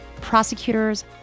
prosecutors